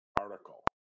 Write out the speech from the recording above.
article